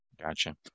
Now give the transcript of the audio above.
Gotcha